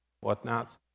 whatnot